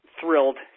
thrilled